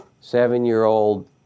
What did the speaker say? Seven-year-old